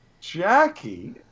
Jackie